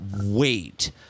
wait